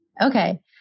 Okay